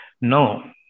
no